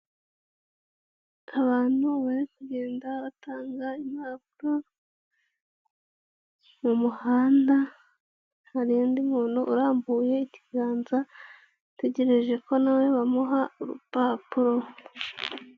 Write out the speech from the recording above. Abantu bari kugenda batanga impapuro mu muhanda hari undi umuntu urambuye ikiganza ategereje ko nawe we bamuha urupapuro.